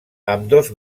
ambdós